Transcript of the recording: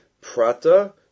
Prata